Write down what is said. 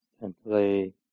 simply